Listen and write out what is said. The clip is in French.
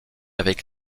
avec